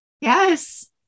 Yes